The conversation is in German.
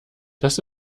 das